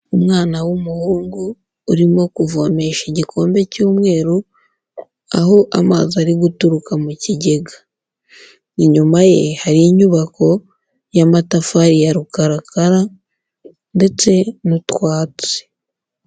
Umwana w'umuhungu urimo kuvomesha igikombe cy'umweru, aho amazi ari guturuka mu kigega. Inyuma ye, hari inyubako y'amatafari ya rukarakara ndetse n'utwatsi.